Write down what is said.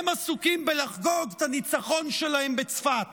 הם עסוקים בלחגוג את הניצחון שלהם בצפת,